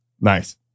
Nice